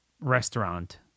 restaurant